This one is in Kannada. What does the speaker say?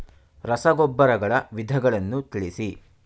ರಸಗೊಬ್ಬರಗಳ ವಿಧಗಳನ್ನು ತಿಳಿಸಿ?